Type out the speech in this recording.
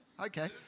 Okay